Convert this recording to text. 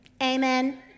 Amen